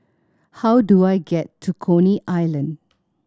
how do I get to Coney Island